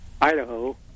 Idaho